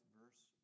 verse